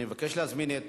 אני מבקש להזמין את